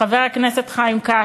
חבר הכנסת חיים כץ,